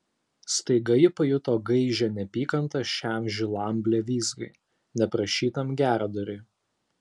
staiga ji pajuto gaižią neapykantą šiam žilam blevyzgai neprašytam geradariui